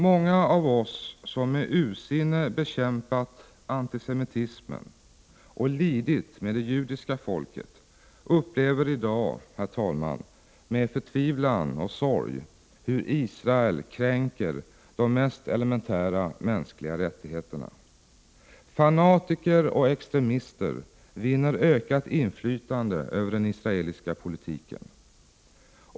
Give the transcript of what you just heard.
Många av oss som med ursinne bekämpat antisemitismen och lidit med det judiska folket upplever i dag med förtvivlan och sorg hur Israel kränker de mest elementära mänskliga rättigheterna. Fanatiker och extremister vinner ökat inflytande över den israeliska politiken.